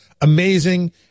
amazing